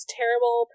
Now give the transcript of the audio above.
terrible